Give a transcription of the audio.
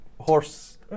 horse